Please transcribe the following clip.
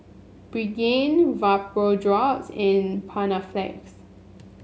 Pregain Vapodrops and Panaflex